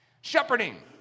Shepherding